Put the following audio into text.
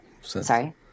Sorry